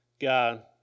God